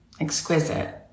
exquisite